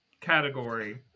category